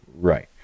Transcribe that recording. right